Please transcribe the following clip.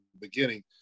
beginning